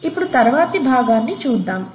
ఇప్పుడు తరువాతి భాగాన్ని చూద్దాము